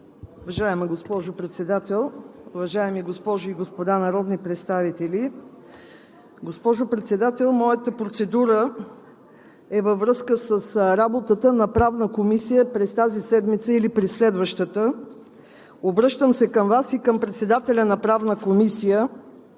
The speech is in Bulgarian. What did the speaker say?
Уважаема госпожо Председател, уважаеми госпожи и господа народни представители! Госпожо Председател, моята процедура е във връзка с работата на Правната комисия през тази седмица или през следващата. Обръщам се към Вас и към председателя на Правната комисия